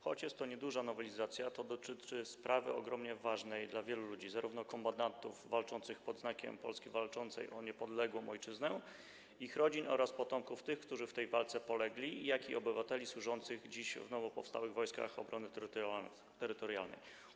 Choć jest to nieduża nowelizacja, to dotyczy sprawy ogromnie ważnej dla wielu ludzi, zarówno kombatantów walczących pod Znakiem Polski Walczącej o niepodległą ojczyznę, ich rodzin oraz potomków tych, którzy w tej walce polegli, jak i obywateli służących dziś w nowo powstałych Wojskach Obrony Terytorialnej.